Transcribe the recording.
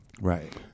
Right